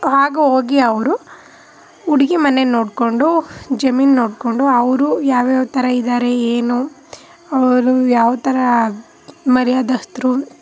ಆಗ ಹೋಗಿ ಅವರು ಹುಡುಗಿ ಮನೆ ನೋಡಿಕೊಂಡು ಜಮೀನು ನೋಡಿಕೊಂಡು ಅವರು ಯಾವ್ಯಾವ ಥರ ಇದ್ದಾರೆ ಏನು ಅವರು ಯಾವ ಥರ ಮರ್ಯಾದಸ್ತರು